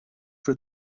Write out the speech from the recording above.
für